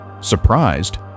Surprised